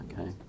okay